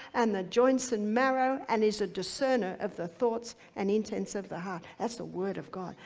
and the joints and marrow, and is a discerner of the thoughts and intents of the heart. that's the word of god,